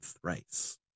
thrice